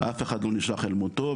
אף אחד לא נשלח אל מותו,